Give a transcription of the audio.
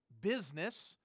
business